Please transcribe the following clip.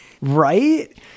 Right